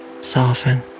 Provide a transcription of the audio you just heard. soften